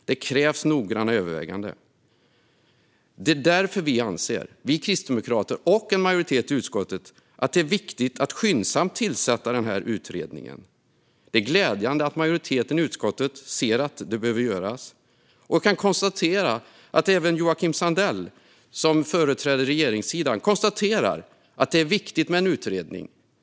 Det krävs noggranna överväganden. Det är därför vi kristdemokrater och en majoritet i utskottet anser att det är viktigt att skyndsamt tillsätta denna utredning. Det är glädjande att majoriteten i utskottet ser att detta behöver göras. Jag kan konstatera att även Joakim Sandell, som företräder regeringssidan, menar att det är viktigt med en utredning.